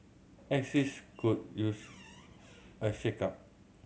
axis could use a shakeup